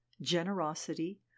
generosity